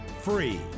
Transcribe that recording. free